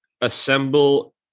assemble